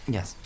Yes